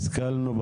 השכלנו,